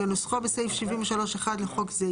כנוסחו בסעיף 73(1) לחוק זה,